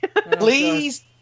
Please